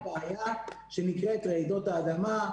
-- לבוא ולטפל באותה בעיה שנקראת רעידות האדמה,